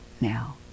now